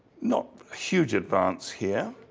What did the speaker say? not a huge advance here